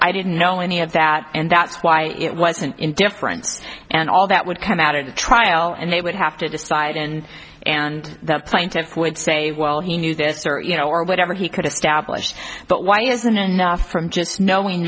i didn't know any of that and that's why it wasn't indifference and all that would come out of the trial and they would have to decide and and the plaintiff would say well he knew this or you know or whatever he could establish but why isn't enough from just knowing